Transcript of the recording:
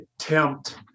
attempt